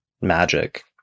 magic